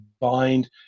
bind